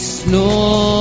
snow